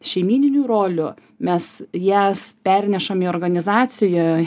šeimyninių rolių mes jas pernešam į organizacijoj